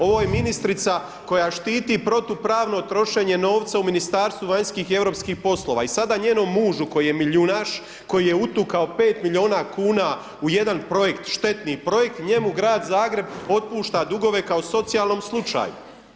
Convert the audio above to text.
Ovo je ministrica koja štit protupravno trošenje novca u Ministarstvu vanjskih i europskih poslova i sada njenom mužu, koji je milijunaš, koji je utukao 5 milijuna kuna u jedan projekt, štetni projekt, njemu grad Zagreb otpušta dugove kao socijalnom slučaju.